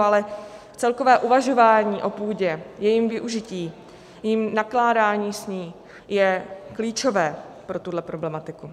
Ale celkové uvažování o půdě, jejím využití, nakládání s ní je klíčové pro tuhle problematiku.